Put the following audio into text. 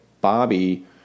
Bobby